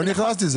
לא נכנסתי.